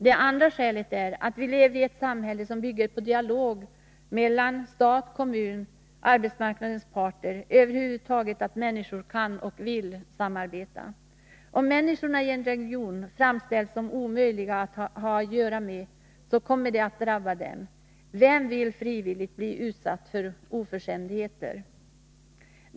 Det andra skälet är att vi lever i ett samhälle som bygger på dialog mellan stat, kommun och arbetsmarknadens parter — över huvud taget på att människor kan och vill samarbeta. Om människorna i en region framställs som omöjliga att ha att göra med, kommer det att drabba dem. Vem vill frivilligt bli utsatt för oförskämdheter?